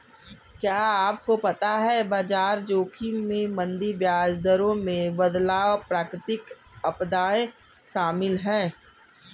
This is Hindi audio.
क्या आपको पता है बाजार जोखिम में मंदी, ब्याज दरों में बदलाव, प्राकृतिक आपदाएं शामिल हैं?